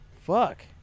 Fuck